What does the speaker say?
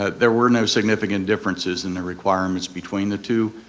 ah there were no significant differences in the requirements between the two,